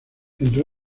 entre